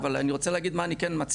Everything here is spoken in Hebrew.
אבל אני רוצה להגיד מה אני כן מציע,